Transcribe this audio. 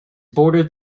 bordered